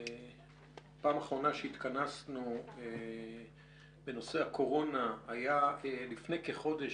הפעם האחרונה שהתכנסנו בנושא הקורונה היתה לפני כחודש,